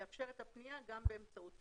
יאפשר את הפנייה גם באמצעות פקסימיליה."